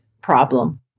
problem